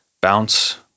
Bounce